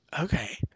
okay